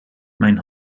mijn